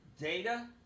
Data